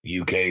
UK